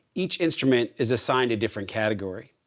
each instrument is assigned a different category.